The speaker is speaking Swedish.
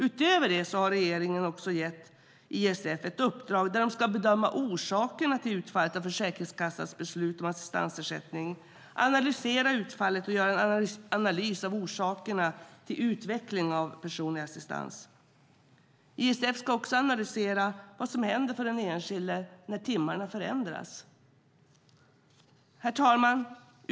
Utöver det har regeringen gett ISF ett uppdrag där de ska bedöma orsakerna till utfallet av Försäkringskassans beslut om assistansersättning, analysera utfallet och göra en analys av orsakerna till utvecklingen av personlig assistans. ISF ska också analysera vad som händer för den enskilde när timmarna förändras. Herr talman!